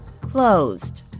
closed